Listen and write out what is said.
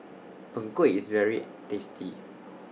Png Kueh IS very tasty